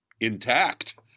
intact